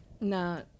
No